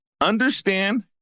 understand